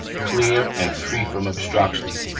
clear, and free from obstructions.